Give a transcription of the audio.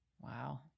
Wow